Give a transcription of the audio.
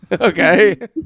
Okay